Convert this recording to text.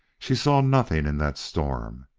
she saw nothing in that storm.